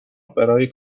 برای